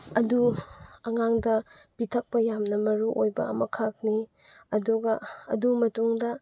ꯑꯗꯨ ꯑꯉꯥꯡꯗ ꯄꯤꯊꯛꯄ ꯌꯥꯝꯅ ꯃꯔꯨꯑꯣꯏꯕ ꯑꯃꯈꯛꯅꯤ ꯑꯗꯨꯒ ꯑꯗꯨ ꯃꯇꯨꯡꯗ